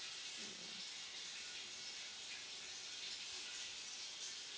mm